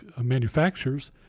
manufacturers